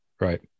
Right